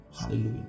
Hallelujah